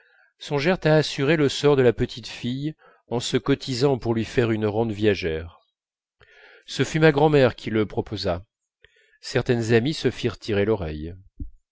songèrent à assurer le sort de la petite fille en se cotisant pour lui faire une rente viagère ce fut ma grand'mère qui le proposa certaines amies se firent tirer l'oreille